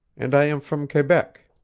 and i am from quebec.